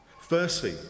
Firstly